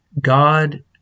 God